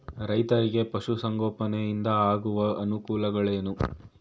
ರೈತರಿಗೆ ಪಶು ಸಂಗೋಪನೆಯಿಂದ ಆಗುವ ಅನುಕೂಲಗಳೇನು?